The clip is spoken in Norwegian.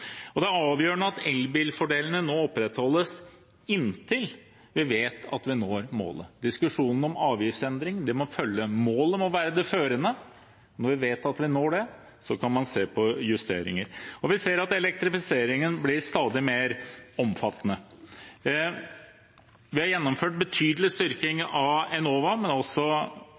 Det er avgjørende at elbilfordelene nå opprettholdes inntil vi vet at vi når målet. Diskusjonen om avgiftsendring må følge. Målet må være det førende. Når vi vet at vi når det, kan man se på justeringer. Vi ser at elektrifiseringen blir stadig mer omfattende. Vi har gjennomført en betydelig styrking av Enova, men også